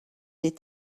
est